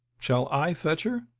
shall i fetch her?